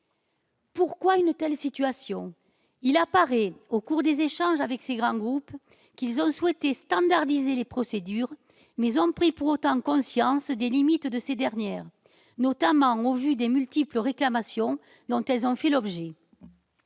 Pourquoi une telle situation ? Il apparaît dans les échanges avec ces grands groupes qu'ils ont souhaité standardiser leurs procédures, mais qu'ils ont pris néanmoins conscience des limites de ces dernières, notamment au vu des multiples réclamations dont elles ont fait l'objet.